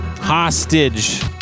hostage